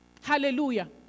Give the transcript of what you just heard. Hallelujah